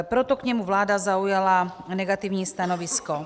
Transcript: Proto k němu vláda zaujala negativní stanovisko.